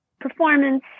performance